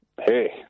hey